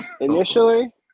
Initially